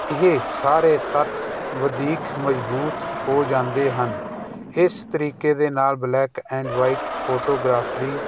ਇਹ ਸਾਰੇ ਤੱਥ ਵਧੀਕ ਮਜ਼ਬੂਤ ਹੋ ਜਾਂਦੇ ਹਨ ਇਸ ਤਰੀਕੇ ਦੇ ਨਾਲ ਬਲੈਕ ਐਂਡ ਵਾਈਟ ਫੋਟੋਗ੍ਰਾਫਰੀ